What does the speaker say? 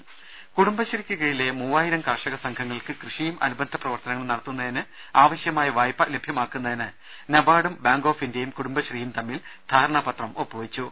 രുദ കുടുംബശ്രീക്ക് കീഴിലെ മൂവായിരം കർഷക സംഘങ്ങൾക്ക് കൃഷിയും അനുബന്ധ പ്രവർത്തനങ്ങളും നടത്തുന്നതിനാവശ്യമായ വായ്പ ലഭ്യമാക്കുന്നതിന് നബാർഡും ബാങ്ക് ഓഫ് ഇന്ത്യയും കുടുംബശ്രീയും തമ്മിൽ ധാരണാപത്രം ഒപ്പുവെച്ചു